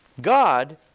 God